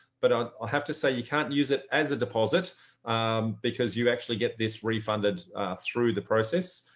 but um i have to say you can't use it as a deposit because you actually get this refunded through the process.